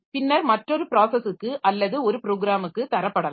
பின்னர் மற்றொரு ப்ராஸஸுக்கு அல்லது ஒரு ப்ரோக்ராமுக்கு தரப்படலாம்